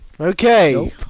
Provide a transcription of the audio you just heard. Okay